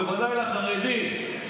בוודאי לחרדים,